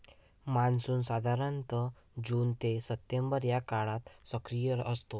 monsoon साधारणतः June ते September या काळात सक्रिय असतो